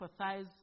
empathize